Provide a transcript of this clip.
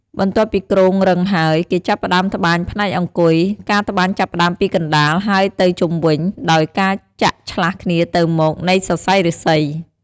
បន្ទាប់ពីគ្រោងរឹងហើយ គេចាប់ផ្តើមត្បាញផ្នែកអង្គុយ ការត្បាញចាប់ផ្តើមពីកណ្តាលហើយទៅជុំវិញ ដោយការចាក់ឆ្លាស់គ្នាទៅមក នៃសរសៃឬស្សី។